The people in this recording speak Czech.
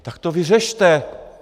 Tak to vyřešte!